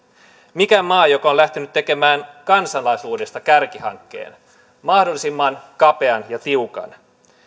mikään maa joka on lähtenyt tekemään kansalaisuudesta kärkihankkeen mahdollisimman kapean ja tiukan